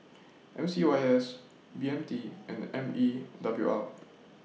M C Y S B M T and M E W R